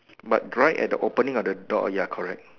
but right at the opening of the door ya correct